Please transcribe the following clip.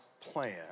plan